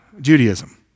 Judaism